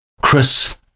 Chris